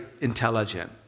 intelligent